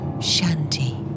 shanty